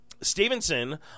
Stevenson